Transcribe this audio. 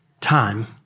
time